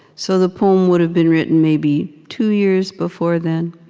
so the poem would've been written maybe two years before then,